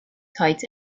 tight